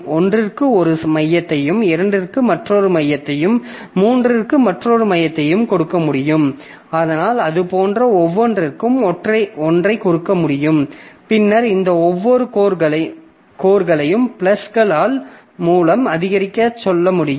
1 க்கு ஒரு மையத்தையும் 2 க்கு மற்றொரு மையத்தையும் 3 க்கு மற்றொரு மையத்தையும் கொடுக்க முடியும் அதனால் அது போன்ற ஒவ்வொன்றிற்கும் ஒன்றை கொடுக்க முடியும் பின்னர் இந்த ஒவ்வொரு கோர்களையும் பிளஸ் கள் மூலம் அதிகரிக்கச் சொல்ல முடியும்